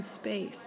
space